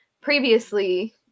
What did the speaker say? previously